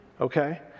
okay